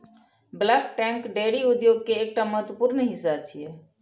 bulk tank डेयरी उद्योग के एकटा महत्वपूर्ण हिस्सा छियै